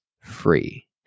free